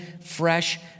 fresh